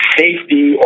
safety